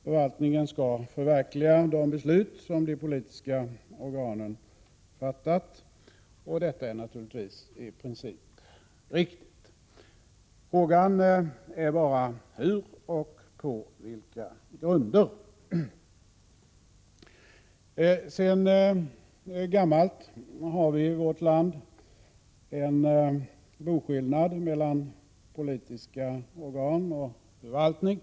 Förvaltningen skall förverkliga de beslut som de politiska organen har fattat, och det är naturligtvis i princip riktigt. Frågan är bara hur och på vilka grunder det skall ske. Sedan gammalt har vi i vårt land en boskillnad mellan politiska organ och förvaltningen.